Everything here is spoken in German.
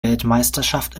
weltmeisterschaft